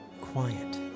quiet